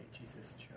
Jesus